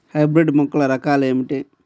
Hybrid మొక్కల రకాలు ఏమిటి?